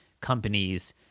companies